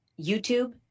YouTube